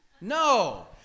No